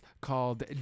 called